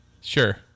Sure